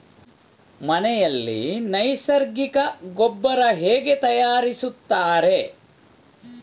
ಮನೆಯಲ್ಲಿ ನೈಸರ್ಗಿಕ ಗೊಬ್ಬರ ಹೇಗೆ ತಯಾರಿಸುತ್ತಾರೆ?